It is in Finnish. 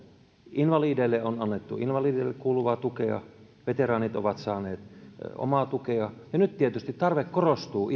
invalideille on annettu invalideille kuuluvaa tukea veteraanit ovat saaneet omaa tukea ja nyt tietysti tarve korostuu